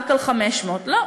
רק 500. לא,